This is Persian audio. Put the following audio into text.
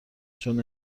چون